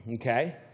Okay